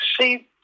see